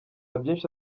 byinshi